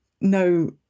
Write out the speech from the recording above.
no